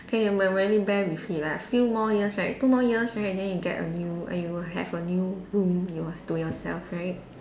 okay I might really bear with it lah few more years right two more years right then you get a new and you will have a new room your to yourself right